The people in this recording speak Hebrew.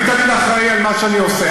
אני תמיד אחראי למה שאני עושה,